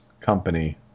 company